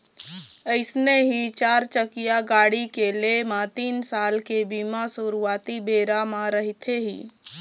अइसने ही चारचकिया गाड़ी के लेय म तीन साल के बीमा सुरुवाती बेरा म रहिथे ही